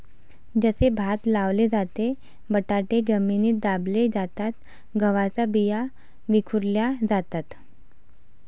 जसे भात लावले जाते, बटाटे जमिनीत दाबले जातात, गव्हाच्या बिया विखुरल्या जातात